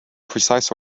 precise